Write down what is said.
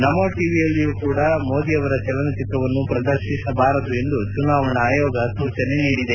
ನಮೋ ಟವಿಯಲ್ಲಿಯೂ ಸಹ ಮೋದಿ ಅವರ ಚಲನಚಿತ್ರವನ್ನು ಪ್ರದರ್ಶಿಸಬಾರದು ಎಂದು ಚುನಾವಣಾ ಆಯೋಗ ಸೂಚನೆ ನೀಡಿದೆ